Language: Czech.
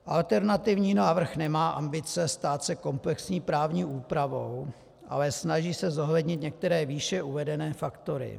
Alternativní návrh nemá ambice stát se komplexní právní úpravou, ale snaží se zohlednit některé výše uvedené faktory.